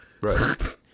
right